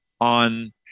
on